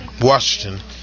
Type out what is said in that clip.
Washington